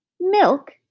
Milk